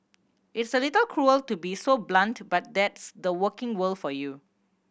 it's a little cruel to be so blunt but that's the working world for you